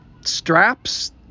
straps